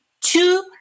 two